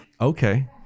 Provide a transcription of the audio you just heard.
Okay